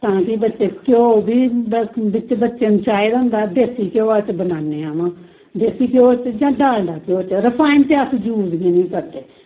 तां कि बच्चे घ्यो बी बिच बच्चें नू चाही दी होंदा ऐ देस्सी घ्योआ च बनाने आं देस्सी घ्योआ च जां डाल्डा घ्योआ च रफाईन ते अस जूज़ गै नी करदे